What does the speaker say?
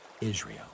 Israel